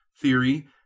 theory